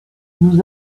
nous